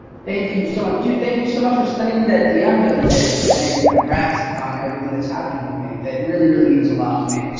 thank you, so ah dude thank you so much for sending me that dm the other day and saying congrats on everything that's happening with me. it really really means a lot to me,